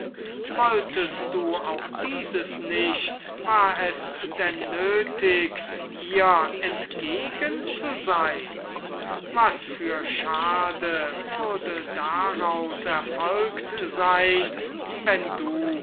wolltest du auch dieses nicht war es denn nötig ihr entgegen zu sein was für schaden würde daraus erfolgt sein wenn du